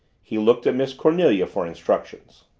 he looked at miss cornelia for instructions.